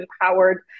empowered